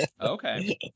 Okay